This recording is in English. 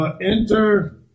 enter